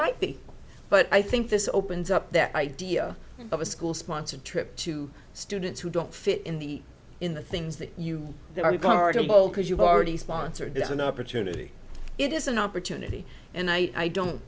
might be but i think this opens up that idea of a school sponsored trip to students who don't fit in the in the things that you are a part of all because you've already sponsored it's an opportunity it is an opportunity and i don't